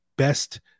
Best